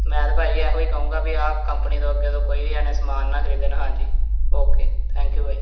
ਮੈਂ ਤਾਂ ਭਾਅ ਜੀ ਇਹੋ ਹੀ ਕਹੂੰਗਾ ਵੀ ਇਹ ਕੰਪਨੀ ਤੋਂ ਅੱਗੇ ਤੋਂ ਕੋਈ ਵੀ ਜਣੇ ਸਮਾਨ ਨਾ ਖਰੀਦਣ ਹਾਂਜੀ ਓਕੇ ਥੈਂਕ ਯੂ ਬਾਈ